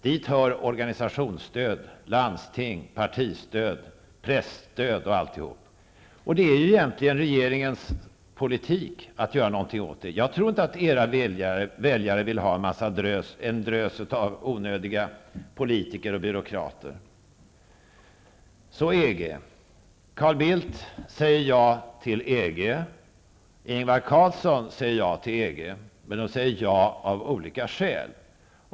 Dit hör organisationsstöd, landsting, partistöd, presstöd och alltihop. Det hör egentligen till regeringens politik att göra någonting åt det. Jag tror inte att era väljare vill ha en drös av onödiga politiker och byråkrater. Carl Bildt säger ja till EG, och Ingvar Carlsson säger ja till EG, men de säger ja av olika skäl.